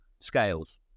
scales